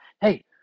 hey